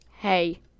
Hey